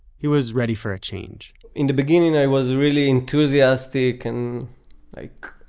he was ready for a change in the beginning i was really enthusiastic and like,